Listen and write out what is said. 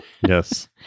Yes